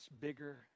bigger